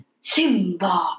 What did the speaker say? Simba